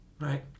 right